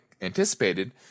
anticipated